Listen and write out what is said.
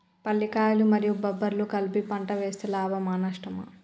పల్లికాయలు మరియు బబ్బర్లు కలిపి పంట వేస్తే లాభమా? నష్టమా?